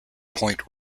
point